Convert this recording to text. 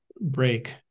break